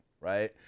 right